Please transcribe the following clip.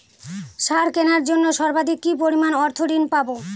সার কেনার জন্য সর্বাধিক কি পরিমাণ অর্থ ঋণ পাব?